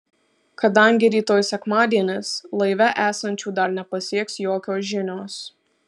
kadangi rytoj sekmadienis laive esančių dar nepasieks jokios žinios